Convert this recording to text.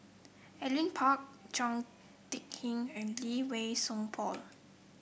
Alvin Pang Chao TicK Tin and Lee Wei Song Paul